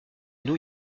new